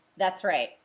that's right.